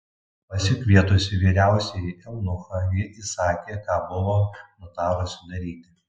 pasikvietusi vyriausiąjį eunuchą ji įsakė ką buvo nutarusi daryti